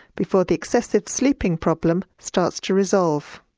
before the excessive sleeping problem starts to resolve.